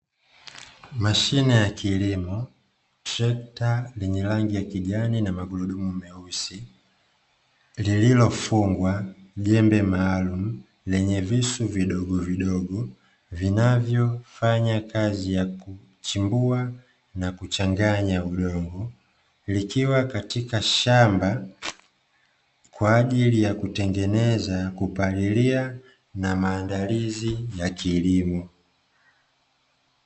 Mashine ya kilimo trekta lenye rangi ya kijani na magurudumu meusi lililofungwa jembe maalumu lenye visu vidogovidogo vinavyofanya kazi ya kuchimbua na kuchanganya udongo, lilikwa katika shamba kwajili ya kutengeneza, kupalilia na maandalizi ya kilimo.